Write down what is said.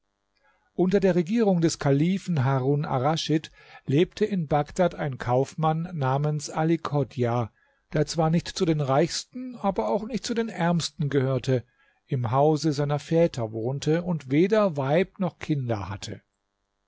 unter der regierung des kalifen harun arraschid lebte in bagdad ein kaufmann namens ali chodjah der zwar nicht zu den reichsten aber auch nicht zu den ärmsten gehörte im hause seiner väter wohnte und weder weib noch kinder hatte